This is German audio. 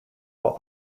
vor